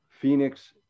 Phoenix